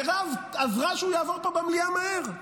מירב עזרה שהוא יעבור פה במליאה מהר,